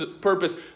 purpose